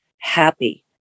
happy